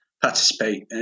participate